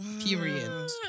Period